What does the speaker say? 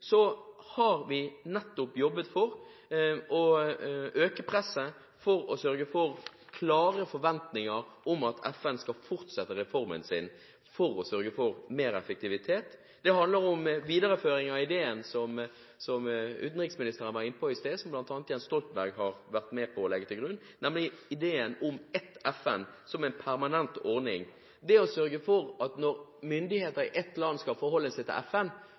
har vi nettopp jobbet for å øke presset på de klare forventninger om at FN skal fortsette reformen sin for mer effektivitet. Det handler om videreføring av ideen som utenriksministeren var inne på i stad, som bl.a. Jens Stoltenberg har vært med på å legge til grunn, nemlig ideen om ett FN som en permanent ordning: Å sørge for at når myndigheter i et land skal forholde seg til FN,